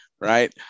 Right